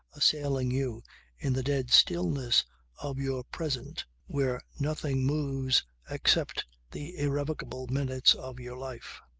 assailing you in the dead stillness of your present where nothing moves except the irrecoverable minutes of your life.